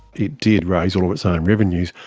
it did raise all of its own revenues,